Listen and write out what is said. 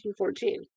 1914